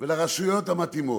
ולרשויות המתאימות: